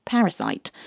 Parasite